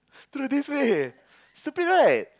through this way stupid right